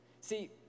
See